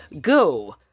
go